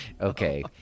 Okay